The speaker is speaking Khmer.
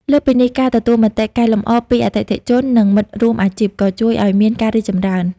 លើសពីនេះ ការទទួលមតិកែលម្អពីអតិថិជន និងមិត្តរួមអាជីពក៏ជួយឱ្យមានការរីកចម្រើន។